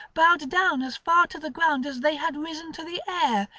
bowed down as far to the ground as they had risen to the air,